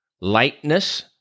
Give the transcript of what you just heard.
lightness